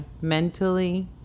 mentally